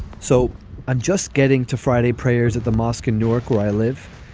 so i'm just getting to friday prayers at the mosque in new york where i live,